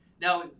Now